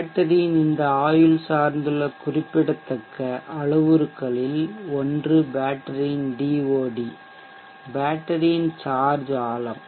பேட்டரியின் இந்த ஆயுள் சார்ந்துள்ள குறிப்பிடத்தக்க அளவுருக்களில் ஒன்று பேட்டரியின் DoD பேட்டரியின் சார்ஜ் ஆழம்